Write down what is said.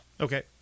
Okay